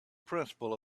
principle